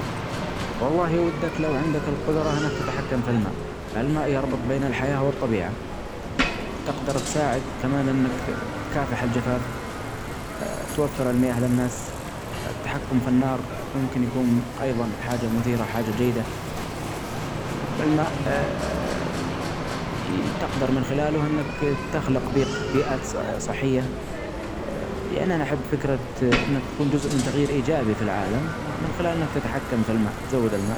والله ودك لو عندك القدرة لو تتحمن في الماء .الماء يربط بين الحياة والطبيعة ، و تجدر تساعد كمان أنك تكافح الجفاف توفر المياة للناس. التحكم في النار ممكن أيظا حاجه مثيرة حاجة جيدة ، الماء ي تقدر من خلاله أنك تخلق بيق-بيئات صحية يعني أنا أحب فكرة أنك تكون جزء من تغيير إيجابي في العالم من خلال أنك تتحكم في الماء ، تزود الماء.